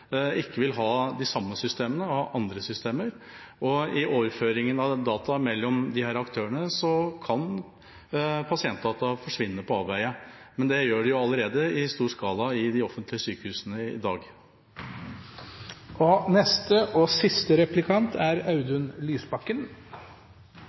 ikke vil ha de samme systemene – de vil ha andre systemer – og i overføringen av data mellom disse aktørene kan pasientdata forsvinne eller komme på avveie. Det gjør de allerede i stor skala i de offentlige sykehusene i dag.